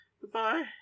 Goodbye